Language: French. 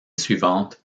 suivante